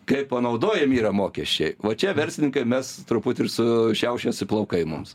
kaip panaudojami yra mokesčiai va čia verslininkai mes truputį ir su šiaušiasi plaukai mums